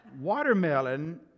Watermelon